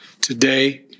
today